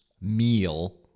meal